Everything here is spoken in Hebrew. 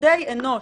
ידי אנוש,